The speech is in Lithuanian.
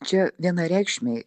čia vienareikšmiai